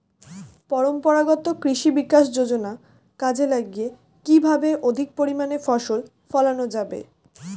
পরম্পরাগত কৃষি বিকাশ যোজনা কাজে লাগিয়ে কিভাবে অধিক পরিমাণে ফসল ফলানো যাবে?